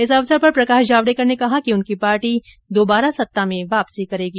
इस अवसर पर प्रकाश जावडेकर ने कहा कि उनकी पार्टी दोबारा सत्ता में वापसी करेगी